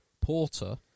Porter